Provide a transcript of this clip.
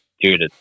dude